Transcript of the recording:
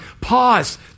pause